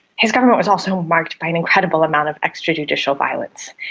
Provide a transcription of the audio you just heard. his government was also marked by an incredible amount of extrajudicial violence.